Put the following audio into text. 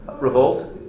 revolt